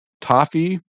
toffee